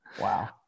Wow